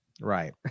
right